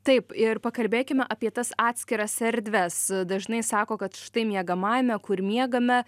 taip ir pakalbėkime apie tas atskiras erdves dažnai sako kad štai miegamajame kur miegame